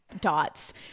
dots